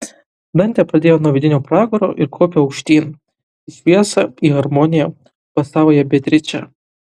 dantė pradėjo nuo vidinio pragaro ir kopė aukštyn į šviesą į harmoniją pas savąją beatričę